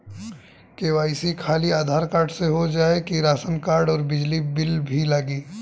KYC खाली Aadhaar card से हो जाए कि राशन कार्ड अउर बिजली बिल भी लगी?